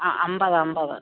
ആ അൻപത് അൻപത്